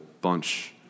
bunch